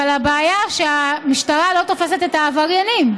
אבל הבעיה היא שהמשטרה לא תופסת את העבריינים.